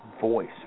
voice